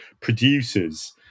producers